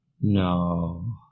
No